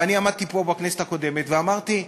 ואני עמדתי פה בכנסת הקודמת ואמרתי: